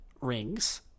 rings